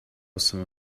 some